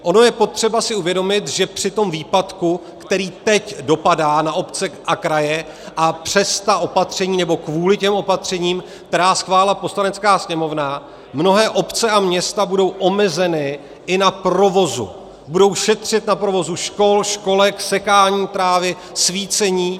Ono je potřeba si uvědomit, že při tom výpadku, který teď dopadá na obce a kraje a přes ta opatření, nebo kvůli těm opatřením, která schválila Poslanecká sněmovna, mnohé obce a města budou omezeny i na provozu, budou šetřit na provozu škol, školek, sekání trávy, svícení.